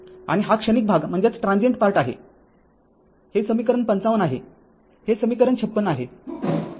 आणि हा क्षणिक भाग आहे हे समीकरण ५५ आहे हे समीकरण ५६ आहे